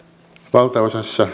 valtaosassa